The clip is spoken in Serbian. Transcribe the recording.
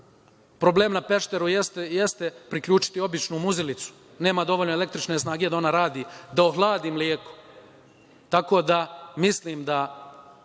Problem na Pešteru jeste priključiti običnu muzilicu, nema dovoljno električne snage da ona radi, da ohladi mleko. Tako da mislim da